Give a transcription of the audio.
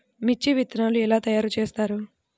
మిర్చి విత్తనాలు ఎలా తయారు చేస్తారు?